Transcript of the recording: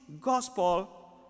gospel